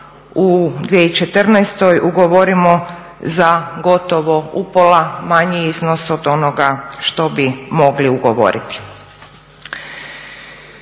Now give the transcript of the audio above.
u 2014.ugovorimo za gotovo upola manji iznos od onoga što bi mogli ugovoriti.